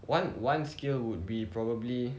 one one skill would be probably